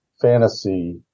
fantasy